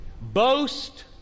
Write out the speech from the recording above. Boast